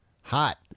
hot